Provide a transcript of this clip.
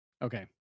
okay